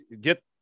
get